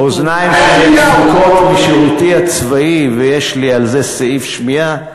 האוזניים שלי דפוקות משירותי הצבאי ויש לי על זה סעיף שמיעה.